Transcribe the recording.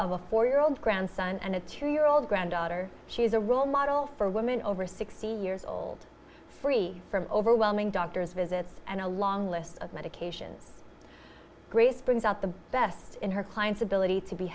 of a four year old grandson and a two year old granddaughter she is a role model for women over sixty years old free from overwhelming doctor's visits and a long list of medications grace brings out the best in her clients ability to be